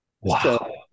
Wow